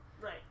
Right